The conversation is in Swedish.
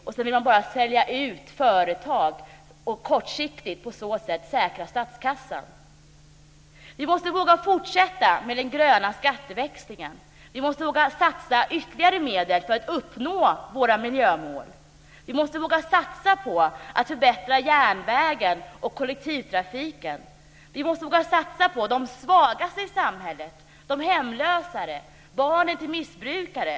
och sedan bara vilja sälja ut företag och på så sätt kortsiktigt säkra statskassan. Vi måste våga fortsätta med den gröna skatteväxlingen. Vi måste våga satsa ytterligare medel för att uppnå våra miljömål. Vi måste våga satsa på att förbättra järnvägen och kollektivtrafiken. Vi måste våga satsa på de svagaste i samhället - de hemlösa och barnen till missbrukare.